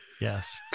yes